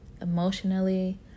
emotionally